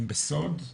הם בסוד,